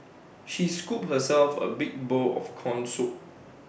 she scooped herself A big bowl of Corn Soup